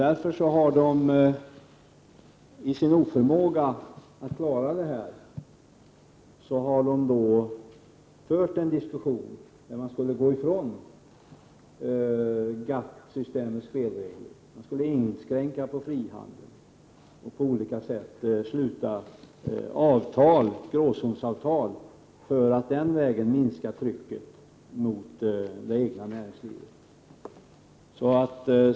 Därför har man, i sin oförmåga att klara detta, fört en diskussion om att gå ifrån GATT-systemets spelregler. Man skulle inskränka på frihandeln och på olika sätt sluta gråzonsavtal för att den vägen minska trycket mot det egna näringslivet.